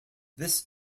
this